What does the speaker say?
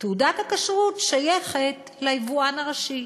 תעודת הכשרות שייכת ליבואן הראשי.